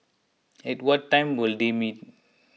at what time will they meet